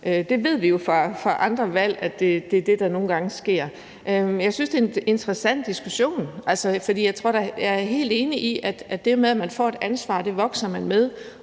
Det ved vi jo fra andre valg er det, der nogle gange sker. Jeg synes, det er en interessant diskussion, for jeg er helt enig i, at det, at man får et ansvar, vokser man ved,